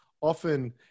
often